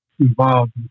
involved